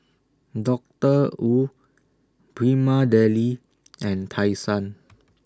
Doctor Wu Prima Deli and Tai Sun